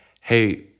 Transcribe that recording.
hey